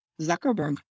Zuckerberg